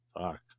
Fuck